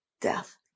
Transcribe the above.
Death